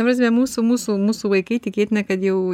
ta prasme mūsų mūsų mūsų vaikai tikėtina kad jau